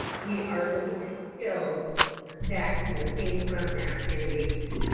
we are looking at skills that you know, came from that animation.